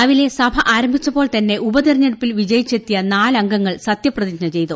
രാവിലെ സഭ ആരംഭിച്ചപ്പോൾ തന്നെ ഉപതിരഞ്ഞെടുപ്പിൽ വീജിയിച്ചെത്തിയ നാലംഗങ്ങൾ സത്യപ്രതിജ്ഞ ചെയ്തു